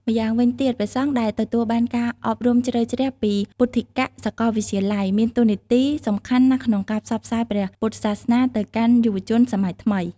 ម្យ៉ាងវិញទៀត ព្រះសង្ឃដែលទទួលបានការអប់រំជ្រៅជ្រះពីពុទ្ធិកសាកលវិទ្យាល័យមានតួនាទីសំខាន់ណាស់ក្នុងការផ្សព្វផ្សាយព្រះពុទ្ធសាសនាទៅកាន់យុវជនសម័យថ្មី។